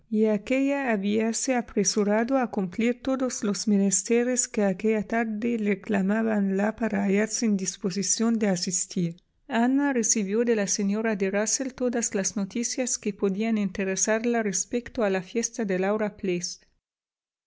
y aquélla habíase apresurado a cumplir todos los menesteres que aquella tarde reclamábanla para hallarse en disposición de asistir ana recibió de la señora de rusell todas las noticias que podían interesarla respecto a la fiesta de